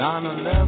9/11